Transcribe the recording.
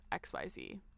xyz